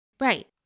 Right